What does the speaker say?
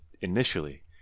initially